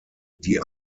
die